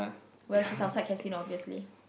well she's outside casino obviously